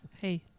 Hey